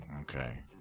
Okay